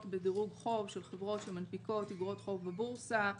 בדירוג חוב של חברות שמנפיקות אגרות חוב בבורסה,